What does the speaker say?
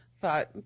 thought